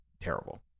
terrible